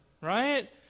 Right